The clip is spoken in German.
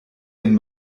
den